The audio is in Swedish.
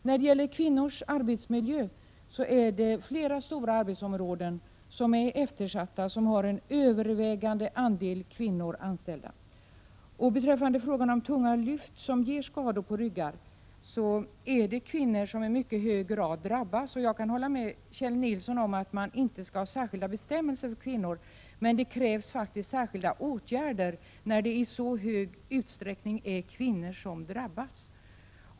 Vad gäller kvinnors arbetsmiljö finns det flera stora, eftersatta områden med till övervägande del kvinnor anställda. Ryggskador av tunga lyft drabbar i mycket hög grad kvinnor. Jag kan hålla med Kjell Nilsson om att man inte skall ha särskilda bestämmelser för kvinnor, men det krävs faktiskt särskilda åtgärder när det i så stor utsträckning är kvinnor som drabbas.